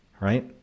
Right